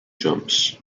jumps